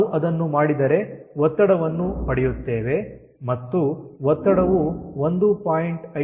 ನಾವು ಅದನ್ನು ಮಾಡಿದರೆ ಒತ್ತಡವನ್ನು ಪಡೆಯುತ್ತೇವೆ ಮತ್ತು ಒತ್ತಡವು 1